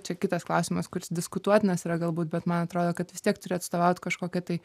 čia kitas klausimas kuris diskutuotinas yra galbūt bet man atrodo kad vis tiek turi atstovaut kažkokią tai